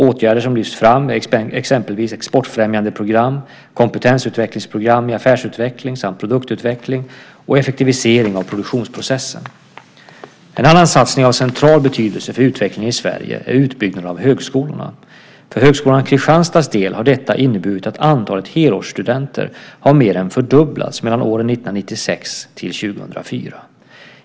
Åtgärder som lyfts fram är exempelvis exportfrämjandeprogram, kompetensutvecklingsprogram i affärsutveckling samt produktutveckling och effektivisering av produktionsprocessen. En annan satsning av central betydelse för utvecklingen i Sverige är utbyggnaden av högskolorna. För Högskolan Kristianstads del har detta inneburit att antalet helårsstudenter mer än fördubblats mellan åren 1996 och 2004.